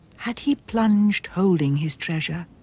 had he plunged holding his treasure?